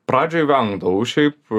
pradžioj vengdavau šiaip